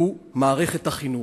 הוא מערכת החינוך.